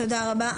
תודה רבה.